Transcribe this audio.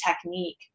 technique